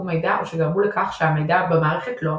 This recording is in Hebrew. מידע או שגרמו לכך שהמידע במערכת לא אמין.